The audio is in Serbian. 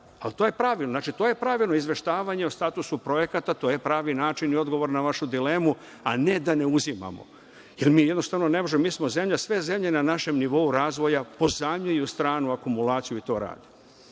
Ali, to je pravilno. Znači, to je pravilno, izveštavanje o statusu projekata, to je pravi način i odgovor na vašu dilemu, a ne da ne uzimamo. Jer, mi jednostavno ne možemo, sve zemlje na našem nivou razvoja pozajmljuju stranu akumulaciju. Konačno,